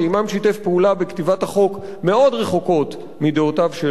שיתף פעולה בכתיבת החוק רחוקות מאוד מדעותיו שלו,